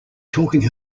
talking